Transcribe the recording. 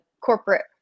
corporate